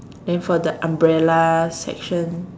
then for the umbrella section